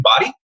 body